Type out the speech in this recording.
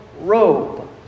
robe